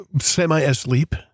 semi-asleep